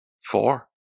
Four